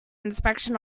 inspection